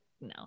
no